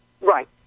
Right